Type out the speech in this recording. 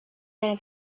many